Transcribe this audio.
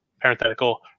parenthetical